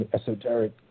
esoteric